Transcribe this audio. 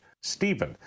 Stephen